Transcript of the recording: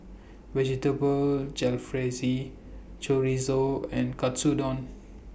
Vegetable Jalfrezi Chorizo and Katsudon